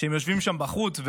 הם יושבים שם בחוץ,